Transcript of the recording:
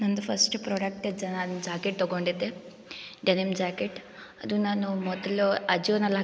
ನಂದು first product ನಾನು jacket ತಗೊಂಡಿದ್ದೆ ಡೆನಿಮ್ ಜಾಕೆಟ್ ಅದು ನಾನು ಮೊದಲು ಅಜಿಯೋನಲ್ಲಿ ಹಾಕಿದ್ದೆ